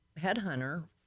headhunter